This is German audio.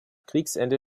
kriegsende